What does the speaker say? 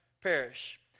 perish